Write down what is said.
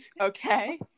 Okay